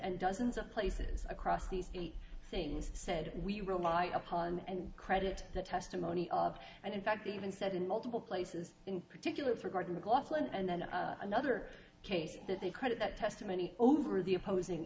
and dozens of places across these things said we rely upon and credit the testimony of and in fact even said in multiple places in particular for gordon to go off and then another case that they credit that testimony over the opposing